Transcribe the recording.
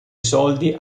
soldi